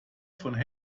von